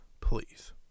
please